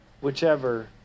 whichever